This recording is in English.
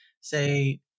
say